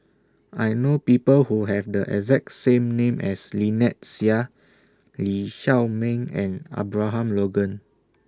I know People Who Have The exact same name as Lynnette Seah Lee Shao Meng and Abraham Logan